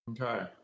Okay